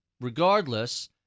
regardless